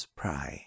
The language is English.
pray